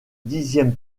dixième